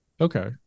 Okay